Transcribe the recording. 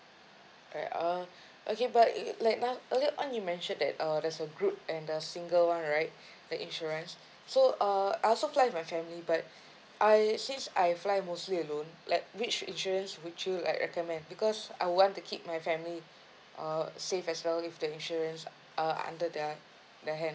alright uh okay but uh like uh earlier on you mentioned that err that's a group and a single one right the insurance so uh I also fly with my family but I since I fly mostly alone like which insurance would you like recommend because I want to keep my family uh save as well with the insurance uh under the the hand